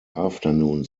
afternoon